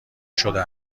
شده